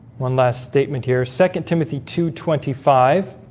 one last statement here second timothy two twenty five